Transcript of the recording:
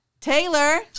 Taylor